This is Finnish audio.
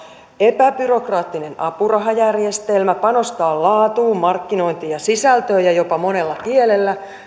epäbyrokraattinen apurahajärjestelmä panostaa laatuun markkinointiin ja sisältöön ja jopa monella kielellä niin